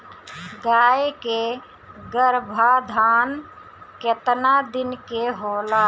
गाय के गरभाधान केतना दिन के होला?